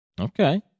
Okay